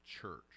church